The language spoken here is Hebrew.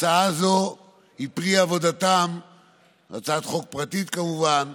הצעת חוק פרטית, כמובן,